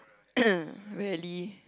really